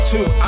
Two